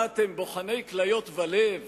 מה, אתם בוחני כליות ולב?